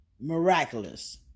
miraculous